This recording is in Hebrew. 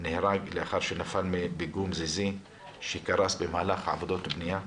נהרג לאחר שנפל מפיגום זיזי שקרס במהלך עבודות בנייה.